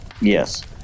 Yes